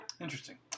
Interesting